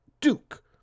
Duke